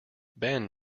ben